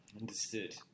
Understood